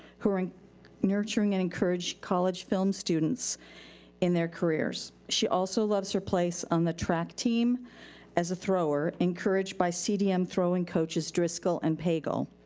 who are and nurturing and encourage college film students in their careers. she also loves her place on the track team as a thrower, encouraged by cdm throwing coaches dricol and pagle,